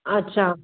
अच्छा